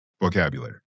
vocabulary